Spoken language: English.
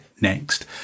next